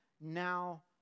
now